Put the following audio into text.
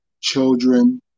children